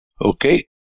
Okay